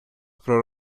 про